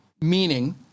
meaning